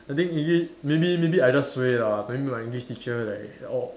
I think maybe maybe maybe I just suay lah maybe my English teacher like all